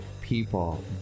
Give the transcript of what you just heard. people